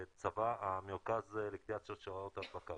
המרכז לקטיעת שרשראות ההדבקה.